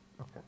okay